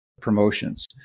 promotions